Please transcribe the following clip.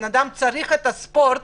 אותו אדם צריך לעשות ספורט